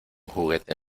juguete